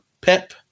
Pep